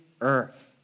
earth